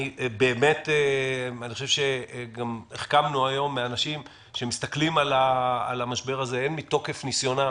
אני חושב שהחכמנו היום מאנשים שמסתכלים על המשבר הזה הן מתוקף ניסיונם